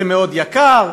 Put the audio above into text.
זה מאוד יקר,